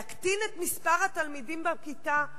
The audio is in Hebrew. להקטין את מספר התלמידים בכיתה?